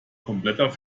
kompletter